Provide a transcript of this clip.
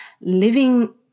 living